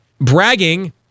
bragging